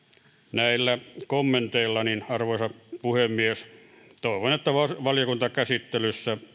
näillä kommenteilla arvoisa puhemies toivon että valiokuntakäsittelyssä